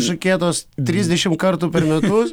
išakėtos trisdešimt kartų per metus